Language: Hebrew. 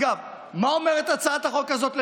אגב, מה אומרת הצעת החוק הזאת?